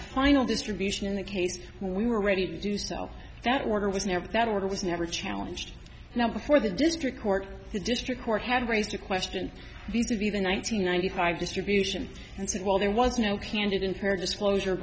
final distribution in a case we were ready to do so that order was never that order was never challenged now before the district court the district court had raised the question to be the one nine hundred ninety five distribution and said well there was no candide in fair disclosure